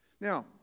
Now